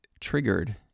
triggered